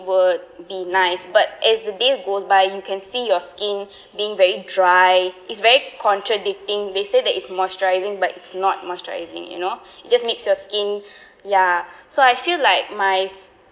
would be nice but as the day goes by you can see your skin being very dry it's very contradicting they say that it's moisturising but it's not moisturising you know it just makes your skin ya so I feel like my